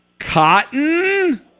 Cotton